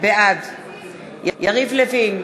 בעד יריב לוין,